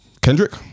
Kendrick